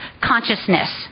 consciousness